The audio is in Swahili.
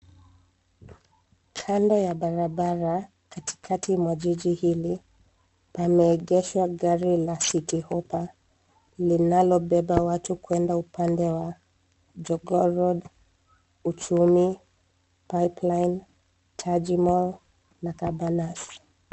Kando ya barabara katikati mwa jiji hili pameegeshwa gari la Citi hoppa linalobeba watu kwenda upande wa Jogoo road, Uchumi, Pipeline, Tajmall na Cabannas.